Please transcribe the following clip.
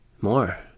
more